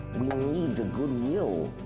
we need the good will,